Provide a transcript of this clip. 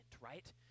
right